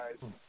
guys